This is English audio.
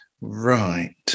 Right